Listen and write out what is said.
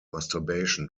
masturbation